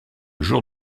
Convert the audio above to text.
jour